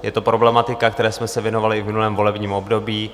Je to problematika, které jsme se věnovali v minulém volebním období.